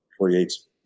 creates